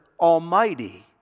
Almighty